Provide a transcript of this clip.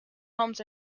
homes